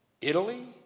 Italy